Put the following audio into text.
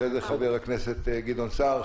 אחרי זה חבר הכנסת גדעון סער.